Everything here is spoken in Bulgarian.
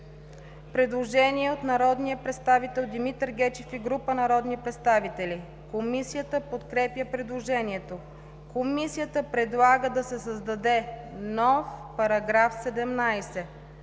Предложение от народния представител Димитър Гечев и група народни представители. Комисията подкрепя предложението. Комисията предлага да се създаде нов § 17: „§ 17.